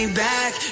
back